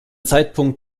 zeitpunkt